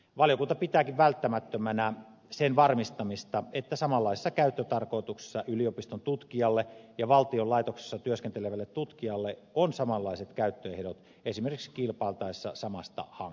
valiokunta pitääkin välttämättömänä sen varmistamista että samanlaisessa käyttötarkoituksessa yliopiston tutkijalle ja valtion laitoksessa työskentelevälle tutkijalle on samanlaiset käyttöehdot esimerkiksi kilpailtaessa samasta hankkeesta